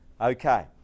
Okay